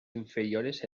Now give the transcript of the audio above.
inferiores